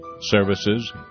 services